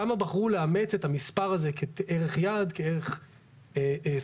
כמה בחרו לאמץ את המספר הזה כערך יעד, כערך סביבה?